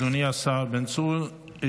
אדוני השר בן צור.